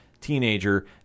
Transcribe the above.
teenager